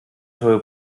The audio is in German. teure